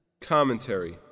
Commentary